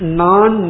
non